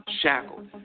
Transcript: shackled